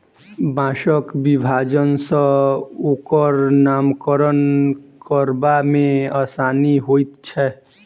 बाँसक विभाजन सॅ ओकर नामकरण करबा मे आसानी होइत छै